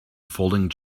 folding